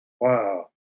Wow